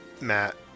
Matt